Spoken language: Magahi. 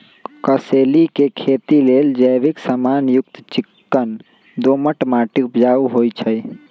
कसेलि के खेती लेल जैविक समान युक्त चिक्कन दोमट माटी उपजाऊ होइ छइ